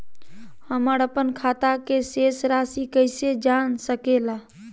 हमर अपन खाता के शेष रासि कैसे जान सके ला?